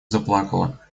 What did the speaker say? заплакала